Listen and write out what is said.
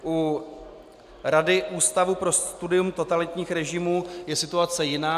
U Rady Ústavu pro studium totalitních režimů je situace jiná.